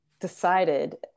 decided